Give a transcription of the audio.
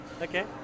Okay